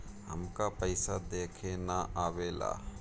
हमका पइसा देखे ना आवेला?